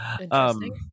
Interesting